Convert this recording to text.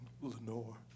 Lenore